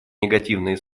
негативные